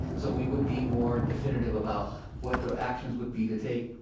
so we would be more definitive about what the actions would be to take,